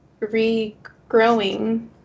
regrowing